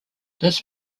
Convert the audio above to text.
this